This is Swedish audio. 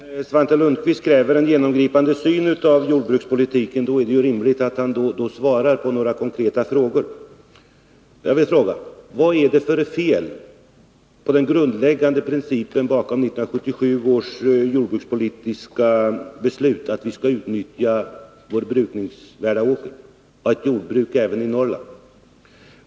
Herr talman! När Svante Lundkvist kräver en genomgripande översyn av jordbrukspolitiken, är det rimligt att han svarar på några konkreta frågor. E Jag vill fråga: Vad är det för fel på den grundläggande principen bakom 1977 års jordbrukspolitiska beslut att vi skall utnyttja vår brukningsvärda åker och ha ett jordbruk även i Norrland?